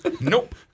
Nope